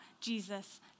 Jesus